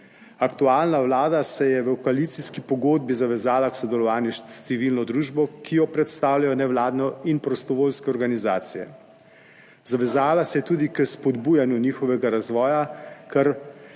aktualna. Vlada se je v koalicijski pogodbi zavezala k sodelovanju s civilno družbo, ki jo predstavljajo nevladne in prostovoljske organizacije. Zavezala se je tudi k spodbujanju njihovega razvoja,